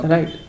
Right